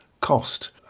cost